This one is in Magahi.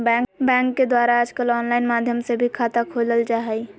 बैंक के द्वारा आजकल आनलाइन माध्यम से भी खाता खोलल जा हइ